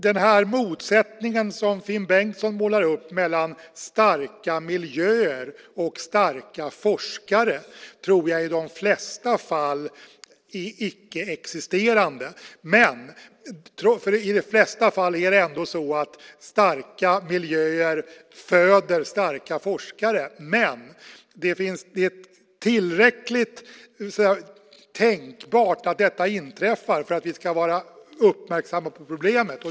Den motsättning som Finn Bengtsson målar upp mellan starka miljöer och starka forskare tror jag i de flesta fall är icke-existerande. I de flesta fall är det ändå så att starka miljöer föder starka forskare. Men det är tillräckligt tänkbart att detta inträffar för att vi ska vara uppmärksamma på problemet.